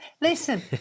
Listen